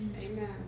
Amen